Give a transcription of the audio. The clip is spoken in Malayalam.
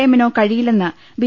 എമ്മി നോ കഴിയില്ലെന്ന് ബി